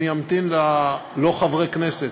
אני אמתין, לא חברי כנסת.